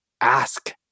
ask